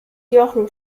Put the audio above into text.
jochen